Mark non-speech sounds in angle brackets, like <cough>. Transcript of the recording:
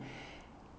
<breath>